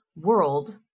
world